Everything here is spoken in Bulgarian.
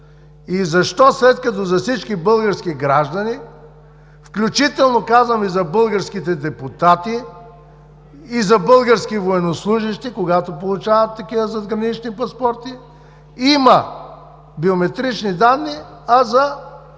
Защо, след като за всички български граждани, включително казвам и за българските депутати, и за български военнослужещи, когато получават такива задгранични паспорти, има биометрични данни, за тези